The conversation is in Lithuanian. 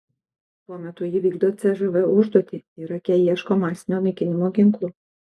tuo metu ji vykdo cžv užduotį irake ieško masinio naikinimo ginklų